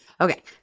Okay